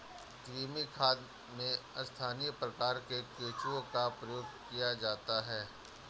कृमि खाद में स्थानीय प्रकार के केंचुओं का प्रयोग किया जाता है